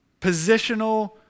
Positional